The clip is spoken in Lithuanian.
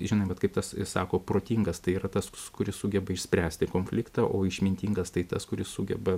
žinai vat kaip tas sako protingas tai yra tas kuris sugeba išspręsti konfliktą o išmintingas tai tas kuris sugeba